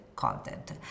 Content